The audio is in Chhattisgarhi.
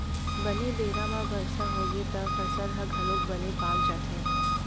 बने बेरा म बरसा होगे त फसल ह घलोक बने पाक जाथे